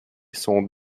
son